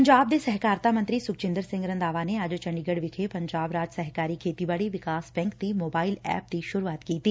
ਪੰਜਾਬ ਦੇ ਸਹਿਕਾਰਤਾ ਮੰਤਰੀ ਸੁਖਜਿੰਦਰ ਸਿੰਘ ਰੰਧਾਵਾ ਨੇ ਅੱਜ ਚੰਡੀਗੜ ਵਿਖੇ ਪੰਜਾਬ ਰਾਜ ਸਹਿਕਾਰੀ ਖੇਤੀਬਾੜੀ ਵਿਕਾਸ ਬੈਂਕ ਦੀ ਮੋਬਾਇਲ ਐਪ ਦੀ ਸੁਰੁਆਤ ਕੀਤੀ